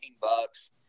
bucks